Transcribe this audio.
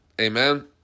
Amen